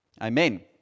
Amen